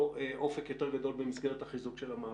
אופק יותר גדול במסגרת החיזוק של המעבדות.